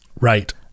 right